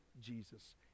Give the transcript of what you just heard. Jesus